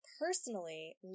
personally